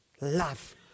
Love